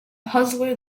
puzzler